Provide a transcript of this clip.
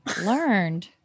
learned